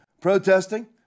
protesting